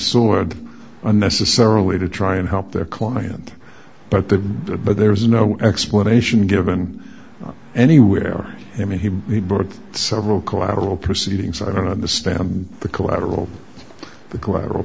sword unnecessarily to try and help their client but the but there is no explanation given anywhere i mean he brought several collateral proceedings i don't understand the collateral the collateral